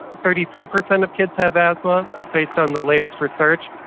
thirty three percent of kids have asthma based on the latest research.